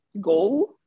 Goal